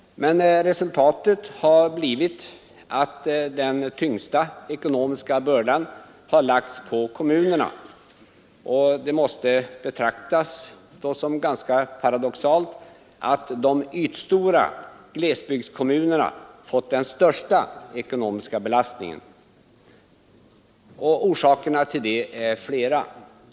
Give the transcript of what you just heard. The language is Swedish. Men resultatet har blivit att den tyngsta ekonomiska bördan har lagts på kommunerna, och det måste betraktas som ganska paradoxalt att de ytstora glesbygdskommunerna fått den största ekonomiska belastningen. Orsakerna till detta är flera.